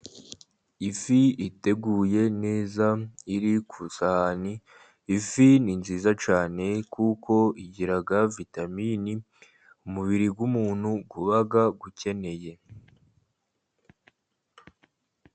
Ifi iteguye neza iri ku isahani, ifi ni nziza cyane kuko igira vitamini umubiri w'umuntu uba uba ukeneye.